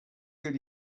could